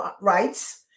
rights